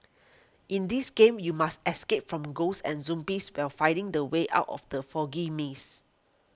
in this game you must escape from ghosts and zombies while finding the way out of the foggy maze